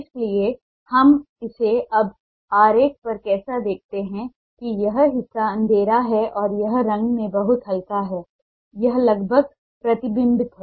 इसलिए हम इसे अब आरेख पर कैसे देखते हैं कि यह हिस्सा अंधेरा है और यह रंग में बहुत हल्का है यह लगभग प्रतिबिंबित है